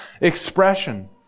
expression